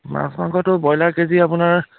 মাছ মাংসতো broiler kg আপোনাৰ